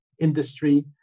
industry